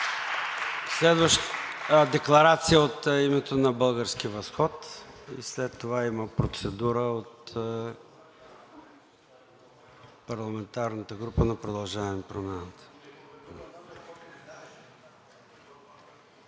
Карадайъ. Декларация от името на „Български възход“ и след това има процедура от парламентарната група на „Продължаваме Промяната“.